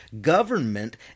government